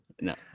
No